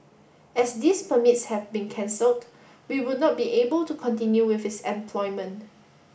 as these permits have been cancelled we would not be able to continue with his employment